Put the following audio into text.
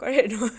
correct or not